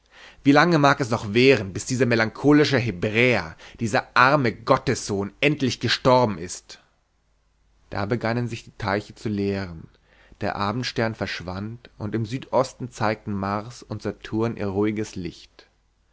wie lange mag es noch währen bis dieser melancholische hebräer dieser arme gottessohn endlich gestorben ist da begannen sich die teiche zu leeren der abendstern verschwand und im südosten zeigten mars und saturn ihr ruhiges licht